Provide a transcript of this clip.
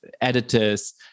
editors